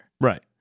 Right